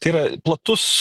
tai yra platus